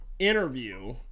interview